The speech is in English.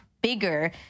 bigger